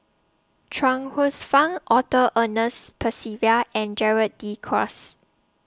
Chuang Hsueh Fang Arthur Ernest Percival and Gerald De Cruz